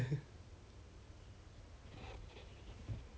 要不要 brush up ah confirm 要 must take one or two days to brush up 的